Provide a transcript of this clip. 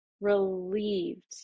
relieved